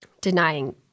denying